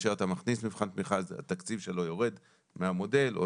מגיעים גם להרבה חולים קשים אבל